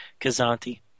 Kazanti